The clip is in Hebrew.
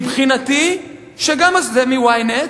זה מ-Ynet,